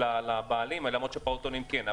למרות שבפעוטונים כן.